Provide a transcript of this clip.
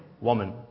woman